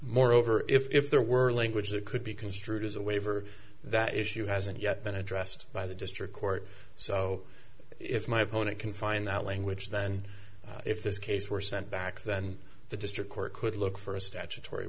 moreover if there were language that could be construed as a waiver that issue hasn't yet been addressed by the district court so if my opponent can find that language then if this case were sent back then the district court could look for a statutory